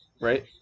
right